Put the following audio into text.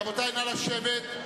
רבותי, נא לשבת.